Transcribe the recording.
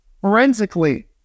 forensically